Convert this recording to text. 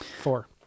Four